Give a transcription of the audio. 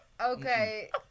Okay